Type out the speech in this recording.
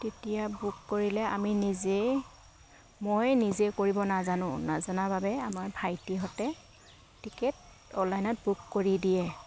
তেতিয়া বুক কৰিলে আমি নিজেই মই নিজে কৰিব নাজানো নাজানাৰ বাবে আমাৰ ভাইটিহঁতে টিকেট অনলাইনত বুক কৰি দিয়ে